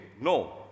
No